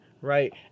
right